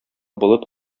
болыт